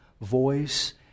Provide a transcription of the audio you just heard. voice